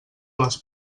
les